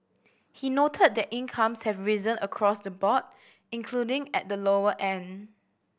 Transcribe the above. he noted that incomes have risen across the board including at the lower end